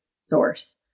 source